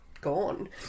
gone